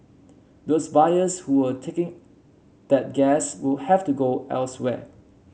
those buyers who were taking that gas will have to go elsewhere